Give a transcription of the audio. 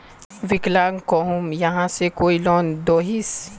विकलांग कहुम यहाँ से कोई लोन दोहिस?